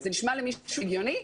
זה נשמע למישהו הגיוני?